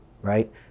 Right